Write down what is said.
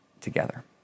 together